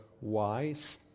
wise